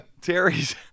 Terry's